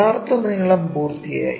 യഥാർത്ഥ നീളം പൂർത്തിയായി